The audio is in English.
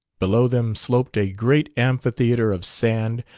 below them sloped a great amphitheatre of sand,